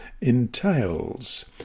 entails